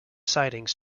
sidings